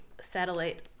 satellite